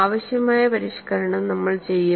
ആവശ്യമായ പരിഷ്ക്കരണം നമ്മൾ ചെയ്യും